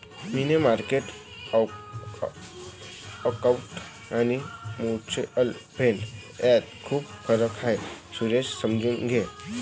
मनी market account आणि mutual fund यात खूप फरक आहे, सुरेश समजून घ्या